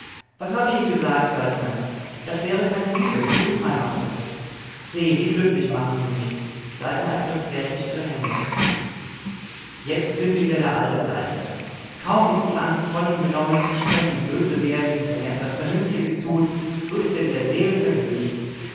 was habe ich ihnen gesagt saltner das wäre keine liebe die unfrei machte se wie glücklich machen sie mich saltner ergriff zärtlich ihre hände jetzt sind sie wieder der alte saltner kaum ist die angst von ihm genommen ich könnte ihm böse werden wenn er etwas vernünftiges tut so ist er wieder seelenvergnügt